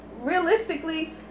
realistically